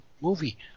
movie